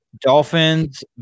Dolphins